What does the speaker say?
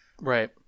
Right